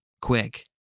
quick